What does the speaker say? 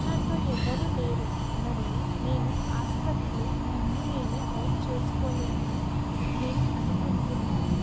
నాతో ఎవరూ లేరు మరియు నేను ఆసుపత్రిలో నన్ను నేనే డ్రైవ్ చేసుకోలేనని నేను అనుకుంటున్నాను